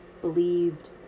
believed